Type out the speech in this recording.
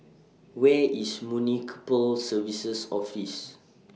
Where IS Municipal Services Office